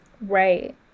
Right